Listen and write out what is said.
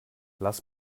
lass